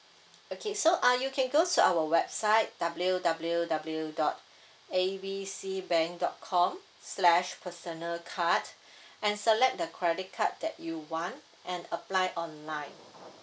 okay so ah you can go to our website W_W_W dot A B C bank dot com slash personal card and select the credit card that you want and apply online